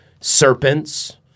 serpents